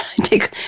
take